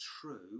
true